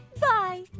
Bye